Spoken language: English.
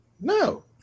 No